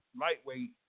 lightweight